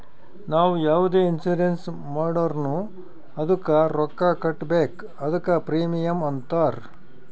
ನಾವು ಯಾವುದೆ ಇನ್ಸೂರೆನ್ಸ್ ಮಾಡುರ್ನು ಅದ್ದುಕ ರೊಕ್ಕಾ ಕಟ್ಬೇಕ್ ಅದ್ದುಕ ಪ್ರೀಮಿಯಂ ಅಂತಾರ್